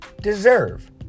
deserve